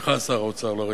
סליחה, שר האוצר, לא ראיתיך.